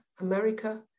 America